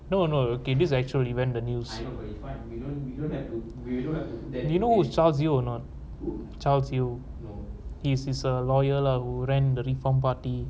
no no okay this actually went the news you will find you don't you don't have to do that you know child's you not charles you know is is a lawyer lah who ran the reform party